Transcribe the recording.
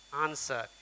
answer